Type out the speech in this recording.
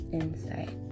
insight